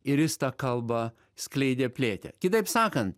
ir jis tą kalbą skleidė plėtė kitaip sakant